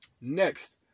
Next